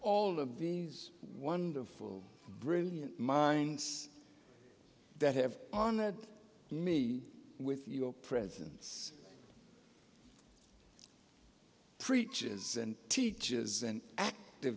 ll of these wonderful brilliant minds that have on me with your presence preaches and teaches and